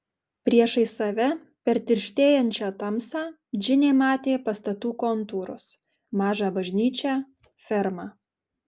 priešais save per tirštėjančią tamsą džinė matė pastatų kontūrus mažą bažnyčią fermą